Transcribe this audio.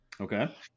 Okay